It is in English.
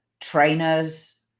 trainers